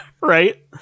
right